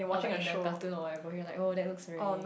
or like in a cartoon or whatever you're like oh that looks very